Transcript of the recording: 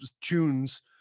tunes